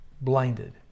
blinded